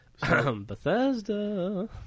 Bethesda